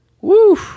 Woo